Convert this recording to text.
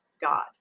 God